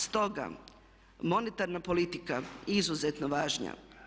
Stoga monetarna politika izuzetno važna.